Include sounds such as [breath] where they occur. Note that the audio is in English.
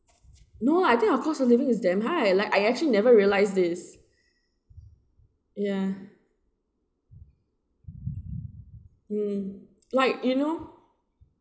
no I think our cost of living is damn high like I actually never realize this [breath] ya mm like you know